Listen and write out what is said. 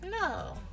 No